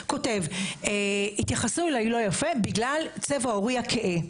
כותב "התייחסו אליי לא יפה בגלל צבע עורי הכהה".